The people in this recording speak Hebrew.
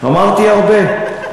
אמרתי: הרבה.